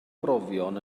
brofion